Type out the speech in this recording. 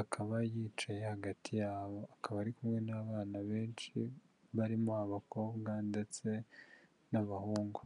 akaba yicaye hagati yabo, akaba ari kumwe n'abana benshi barimo abakobwa ndetse n'abahungu.